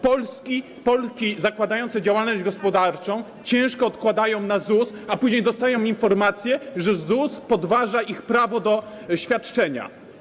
Polki zakładające działalność gospodarczą ciężko odkładają na ZUS, a później dostają informację, że ZUS podważa ich prawo do świadczenia.